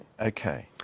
Okay